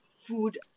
food